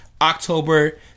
October